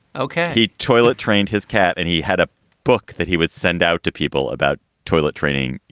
ok. he toilet trained his cat and he had a book that he would send out to people about toilet training.